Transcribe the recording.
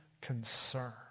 concern